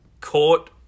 Court